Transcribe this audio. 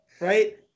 right